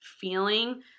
feeling